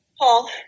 Paul